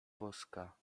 boska